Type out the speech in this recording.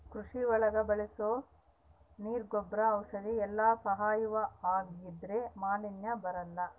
ಕೃಷಿ ಒಳಗ ಬಳಸೋ ನೀರ್ ಗೊಬ್ರ ಔಷಧಿ ಎಲ್ಲ ಸಾವಯವ ಆಗಿದ್ರೆ ಮಾಲಿನ್ಯ ಬರಲ್ಲ